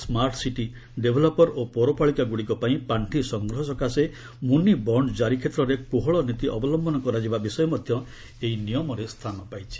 smart city developer ଓ ପୌରପାଳିକାଗୁଡ଼ିକ ପାଇଁ ପାଣ୍ଡି ସଂଗ୍ରହ ସକାଶେ 'ମୁନିବଣ୍ଡ' ଜାରି କ୍ଷେତ୍ରରେ କୋହଳ ନୀତି ଅବଲମ୍ଭନ କରାଯିବା ବିଷୟ ମଧ୍ୟ ଏହି ନିୟମରେ ସ୍ଥାନ ପାଇଛି